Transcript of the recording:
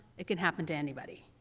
it can happen to anybody.